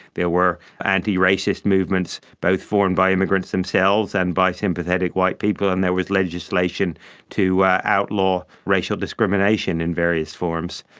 there were antiracist movements, both formed by immigrants themselves and by sympathetic white people, and there was legislation to outlaw racial discrimination in various forms.